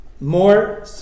more